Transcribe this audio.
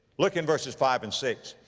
look in verses five and six,